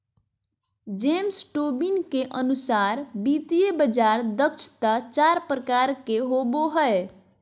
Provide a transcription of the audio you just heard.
James Tobin के अनुसार वित्तीय बाजार दक्षता चार प्रकार के होवो हय